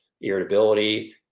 irritability